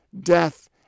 death